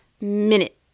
minute